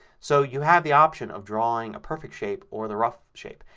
so you have the option of drawing a perfect shape or the rough shape.